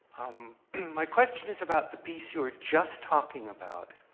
um my question is about the piece you were just talking about,